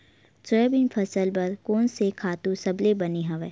Soybean फसल बर कोन से खातु सबले बने हवय?